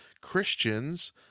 Christians